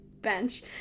bench